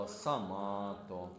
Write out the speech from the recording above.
Samato